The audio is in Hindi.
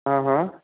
हाँ हाँ